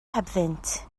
hebddynt